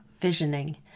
visioning